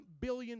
billion